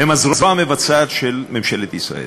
איפה נמצא ראש הממשלה?